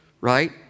right